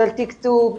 של תקצוב,